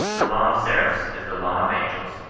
the law of seraphs is the law of angels,